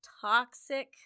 toxic